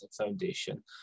Foundation